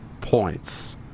points